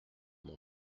mon